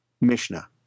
Mishnah